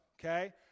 Okay